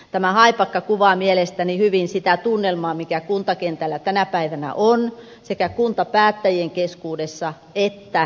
tämä haipakka kuvaa mielestäni hyvin sitä tunnelmaa mikä kuntakentällä tänä päivänä on sekä kuntapäättäjien keskuudessa että kuntalaisten keskuudessa